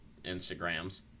Instagrams